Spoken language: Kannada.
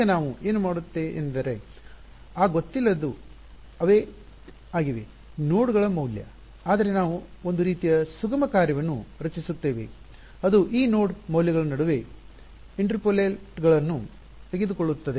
ಈಗ ನಾವು ಏನು ಮಾಡುತ್ತೇ ವೇಂದರೆ ಆ ಗೊತ್ತಿಲ್ಲದ್ದು ಅವೆ ಆಗಿವೆ ನೋಡ್ಗಳ ಮೌಲ್ಯ ಆದರೆ ನಾವು ಒಂದು ರೀತಿಯ ಸುಗಮ ಕಾರ್ಯವನ್ನು ರಚಿಸುತ್ತೇವೆ ಅದು ಈ ನೋಡ್ ಮೌಲ್ಯಗಳ ನಡುವೆ ಇಂಟರ್ಪೋಲೇಟ್ಗಳನ್ನು ತೆಗೆದುಕೊಳ್ಳುತ್ತದೆ